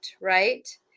right